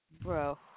Bro